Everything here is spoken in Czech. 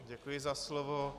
Děkuji za slovo.